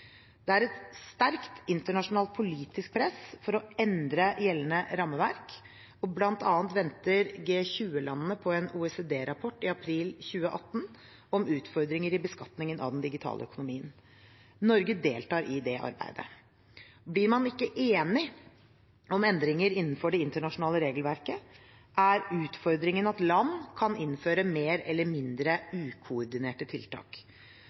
Det er et sterkt internasjonalt politisk press for å endre gjeldende rammeverk, og bl.a. venter G20-landene på en OECD-rapport i april 2018 om utfordringer i beskatningen av den digitale økonomien. Norge deltar i det arbeidet. Blir man ikke enige om endringer innenfor det internasjonale regelverket, er utfordringen at land kan innføre mer eller mindre ukoordinerte tiltak.